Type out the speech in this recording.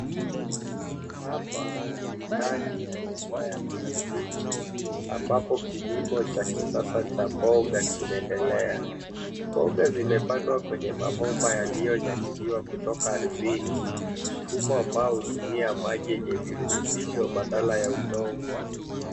Hapa ni ndani ya nyumba ya plastiki ambapo kilimo cha kisasa cha mboga kinaendelea. Mboga zimepandwa kwenye mabomba yaliyonyanyuliwa kutoka ardhini. Mfumo ambao hutumia maji yenye virutubisho baadala ya udongo.